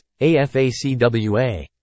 AFACWA